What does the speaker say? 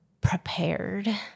prepared